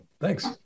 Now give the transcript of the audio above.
Thanks